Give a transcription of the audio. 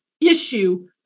issue